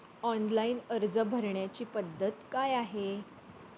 Online अर्ज भरण्याची पद्धत काय आहे?